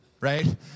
right